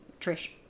Trish